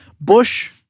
Bush